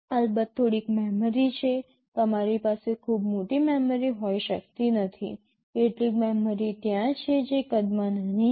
અલબત્ત થોડીક મેમરી છે તમારી પાસે ખૂબ મોટી મેમરી હોઈ શકતી નથી કેટલીક મેમરી ત્યાં છે જે કદમાં નાની છે